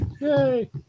Yay